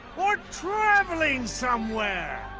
or traveling somewhere.